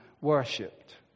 worshipped